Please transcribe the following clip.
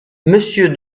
monsieur